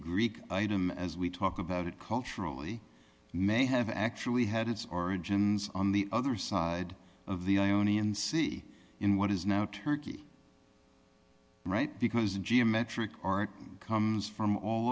greek item as we talk about it culturally may have actually had its origins on the other side of the ionian sea in what is now turkey right because in geometric art comes from all